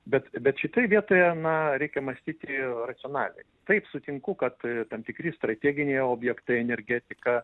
bet bet šitoj vietoje na reikia mąstyti racionaliai taip sutinku kad tam tikri strateginiai objektai energetika